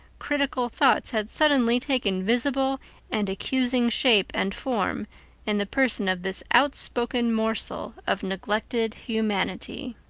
critical thoughts had suddenly taken visible and accusing shape and form in the person of this outspoken morsel of neglected humanity.